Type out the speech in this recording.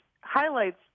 highlights